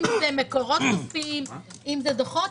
אם זה מקורות כספים או דוחות.